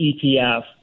ETF